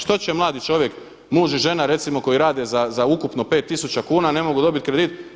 Što će mladi čovjek, muž i žena recimo koji rade za ukupno 5000 kuna ne mogu dobiti kredit.